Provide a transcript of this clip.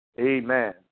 amen